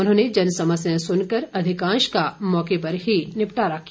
उन्होंने जन समस्याएं सुनकर अधिकांश का मौके पर ही निपटारा किया